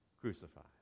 crucified